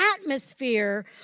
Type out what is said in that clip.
atmosphere